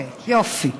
יופי,